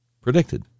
Predicted